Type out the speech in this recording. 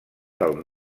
del